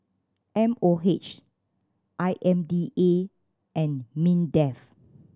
M O H I M D A and MINDEF